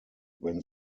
when